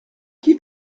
qui